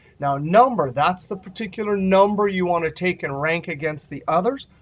now number, that's the particular number you want to take and rank against the others.